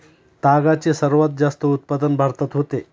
तागाचे सर्वात जास्त उत्पादन भारतात होते